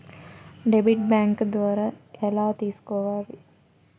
Debit bank ద్వారా ఎలా తీసుకోవాలి?